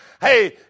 Hey